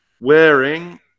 Wearing